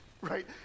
right